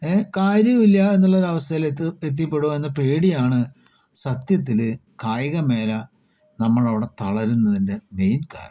ഏ കാര്യവുമില്ല എന്നുള്ള ഒരു അവസ്ഥയിലേക്ക് എത്തിപെടുക എന്ന പേടിയാണ് സത്യത്തില് കായികമേഖല നമ്മളവടെ തളരുന്നതിൻ്റെ മെയിൻ കാരണം